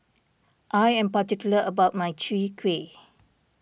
I am particular about my Chwee Kueh